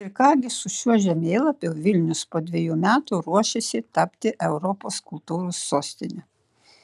ir ką gi su šiuo žemėlapiu vilnius po dviejų metų ruošiasi tapti europos kultūros sostine